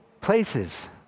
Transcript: places